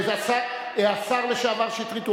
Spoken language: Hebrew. השר לשעבר שטרית,